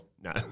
No